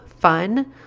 fun